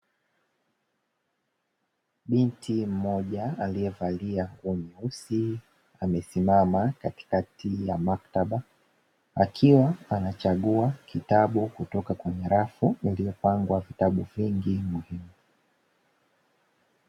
Binti mmoja aliyevalia nguo nyeusi amesimama katikati ya maktaba, akiwa anachagua kitabu kutoka kwenye rafu iliyopangwa vitabu vingi.